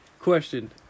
Question